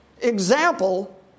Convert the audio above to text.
example